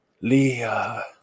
Leah